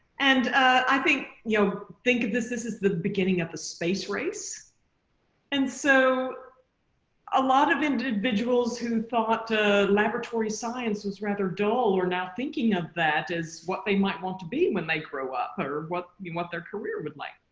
and i think you know think of this this as the the beginning of the space race and so a lot of individuals who thought laboratory science was rather dull or now thinking of that as what they might want to be when they grow up or what you want their career would like.